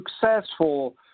successful